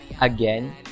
Again